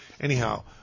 Anyhow